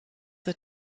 the